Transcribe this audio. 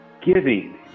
giving